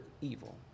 evil